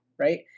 Right